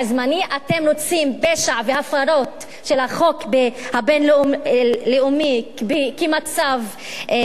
אתם רוצים פשע והפרות של החוק הבין-לאומי כמצב קבע,